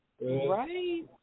Right